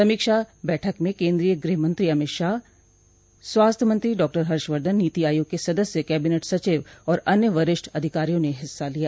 समीक्षा बैठक में केंद्रीय गृह मंत्री अमित शाह स्वास्थ्य मंत्री डॉ हर्षवर्धन नीति आयोग के सदस्य कैबिनेट सचिव और अन्य वरिष्ठ अधिकारियों ने हिस्सा लिया